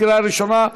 לקריאה ראשונה,